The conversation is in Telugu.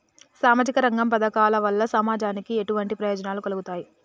సామాజిక రంగ పథకాల వల్ల సమాజానికి ఎటువంటి ప్రయోజనాలు కలుగుతాయి?